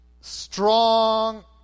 Strong